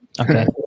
Okay